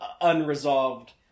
unresolved